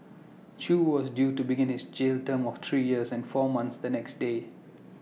chew was due to begin his jail term of three years and four months the next day